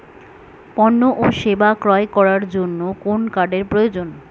পণ্য ও সেবা ক্রয় করার জন্য কোন কার্ডের প্রয়োজন?